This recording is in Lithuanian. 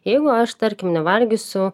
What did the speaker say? jeigu aš tarkim nevalgysiu